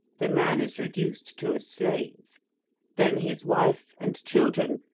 the man is reduced to a slave then his wife and children,